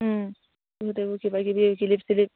গোটবোৰ কিবা কিবি কিলিপ চিলিপ